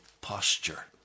posture